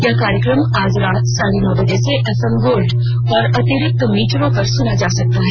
यह कार्यक्रम आज रात साढे नौ बजे से एफएम गोल्ड और अतिरिक्त मीटरों पर सुना जा सकता है